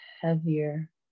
heavier